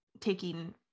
taking